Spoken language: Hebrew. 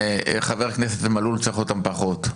חבר הכנסת מלול, שצריך אותם פחות.